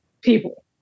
people